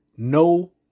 no